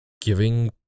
giving